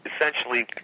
essentially